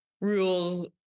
rules